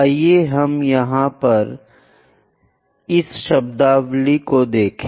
आइए हम यहां इस शब्दावली को देखें